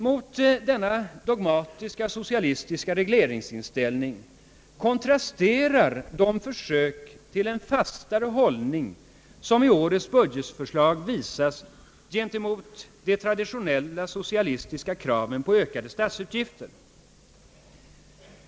Mot denna dogmatiska socialistiska regleringsinställning kontrasterar de försök till en fastare hållning som i årets budgetförslag visas gentemot det traditionella socialistiska kravet på ökade statsutgifter.